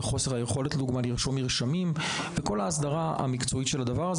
את כל חוסר ההסדרה של הדבר הזה,